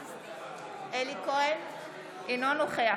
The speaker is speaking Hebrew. בעד עופר כסיף, אינו נוכח